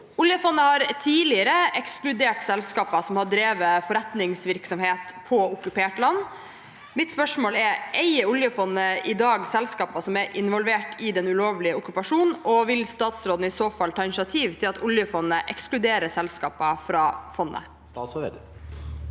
Oljefondet har tidligere ekskludert selskaper som har drevet forretningsvirksomhet på okkupert land. Eier oljefondet i dag selskaper som er involvert i den ulovlige okkupasjonen, og vil statsråden i så fall ta initiativ til at oljefondet ekskluderer selskapene fra fondet?» Statsråd Trygve